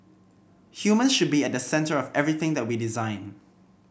humans should be at the centre of everything that we design